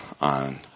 on